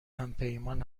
همپیمان